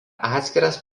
atskiras